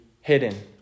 hidden